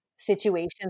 situations